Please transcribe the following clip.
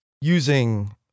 using